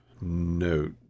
note